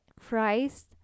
Christ